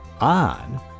on